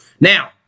Now